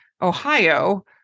Ohio